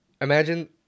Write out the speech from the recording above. imagine